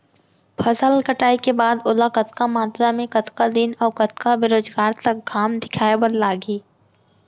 फसल कटाई के बाद ओला कतका मात्रा मे, कतका दिन अऊ कतका बेरोजगार तक घाम दिखाए बर लागही?